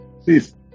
Please